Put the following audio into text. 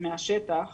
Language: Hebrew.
מהשטח